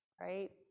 right